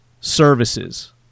services